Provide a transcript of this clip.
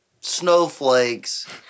snowflakes